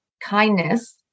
kindness